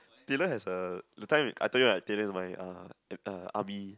Taylor has a that time I told you right Taylor is my uh uh army